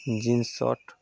jeans shirt